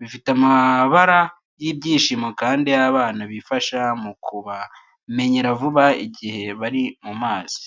Bifite amabara y’ibyishimo kandi y’abana bifasha mu kubamenyera vuba igihe bari mu mazi.